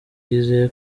yizeye